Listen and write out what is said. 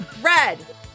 red